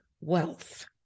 wealth